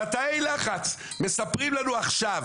בתאי לחץ מספרים לנו עכשיו